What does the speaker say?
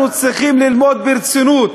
אנחנו צריכים ללמוד ברצינות,